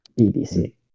BBC